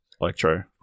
Electro